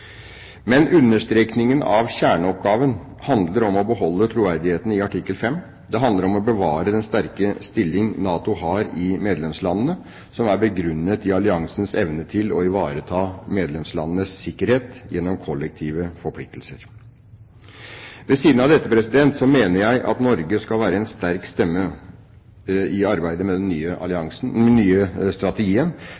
av kjerneoppgaven handler om å beholde troverdigheten i artikkel 5. Det handler om å bevare den sterke stillingen NATO har i medlemslandene, som er begrunnet i alliansens evne til å ivareta medlemslandenes sikkerhet gjennom kollektive forpliktelser. Ved siden av dette mener jeg at Norge skal være en sterk stemme i arbeidet med den nye